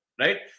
Right